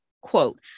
quote